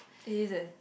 it is eh